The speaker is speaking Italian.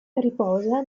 riposa